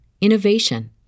innovation